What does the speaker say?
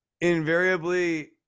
invariably